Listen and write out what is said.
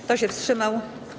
Kto się wstrzymał?